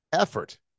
effort